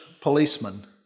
policeman